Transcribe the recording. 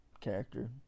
character